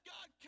God